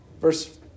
Verse